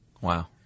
Wow